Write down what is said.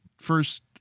first